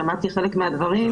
שמעתי חלק מהדברים,